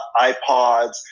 ipods